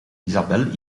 isabelle